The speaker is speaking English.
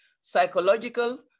psychological